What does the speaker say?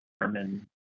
determine